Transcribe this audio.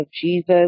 Jesus